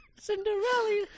Cinderella